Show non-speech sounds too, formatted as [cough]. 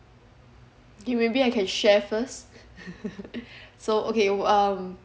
okay maybe I can share first [laughs] so okay um